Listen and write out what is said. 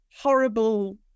horrible